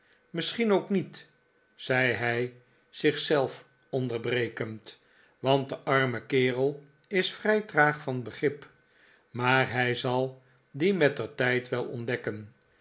misschien ook niet zei hij zich zelf onderbrekend want de arme kerel is vrij traag van begrip maar hij zal die mettertijd wel ontdekken